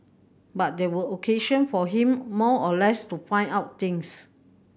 but they were occasion for him more or less to find out things